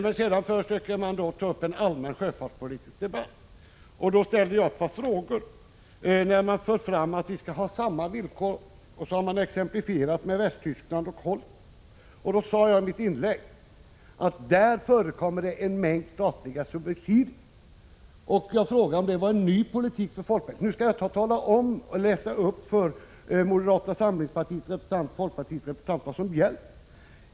Men sedan försökte reservanterna att ta upp en allmän sjöfartspolitisk debatt. Jag ställde ett par frågor beträffande det som reservanterna sade om att vi skall ha samma villkor som man har i exempelvis Västtyskland och Holland. Jag sade i mitt inlägg att det i dessa länder förekommer en mängd statliga subsidier. Jag frågade om detta var en ny politik för folkpartiet. Nu skall jag tala om för moderata samlingspartiets och folkpartiets representanter vad som gäller.